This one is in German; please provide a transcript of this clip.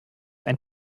ein